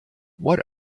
what